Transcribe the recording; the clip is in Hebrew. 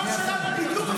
אתה לא שמעת, בדיוק הפוך.